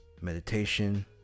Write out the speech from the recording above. Meditation